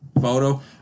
photo